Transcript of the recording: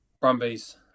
Brumbies